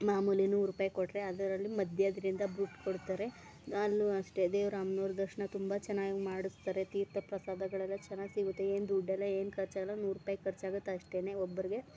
ಮಾಮೂಲಿ ನೂರು ರೂಪಾಯಿ ಕೊಟ್ಟರೆ ಅದರಲ್ಲಿ ಮಧ್ಯದ್ರಿಂದ ಬಿಟ್ ಕೊಡ್ತಾರೆ ಅಲ್ಲು ಅಷ್ಟೆ ದೇವ್ರು ಅಮ್ನೋರ ದರ್ಶನ ತುಂಬ ಚೆನ್ನಾಗ್ ಮಾಡಿಸ್ತಾರೆ ತೀರ್ಥ ಪ್ರಸಾದಗಳೆಲ್ಲ ಚೆನ್ನಾಗ್ ಸಿಗುತ್ತೆ ಏನು ದುಡ್ಡೆಲ್ಲ ಏನು ಖರ್ಚಾಗಲ್ಲ ನೂರು ರೂಪಾಯಿ ಖರ್ಚಾಗತ್ತೆ ಅಷ್ಟೆ ಒಬ್ರಿಗೆ